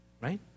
Right